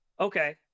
Okay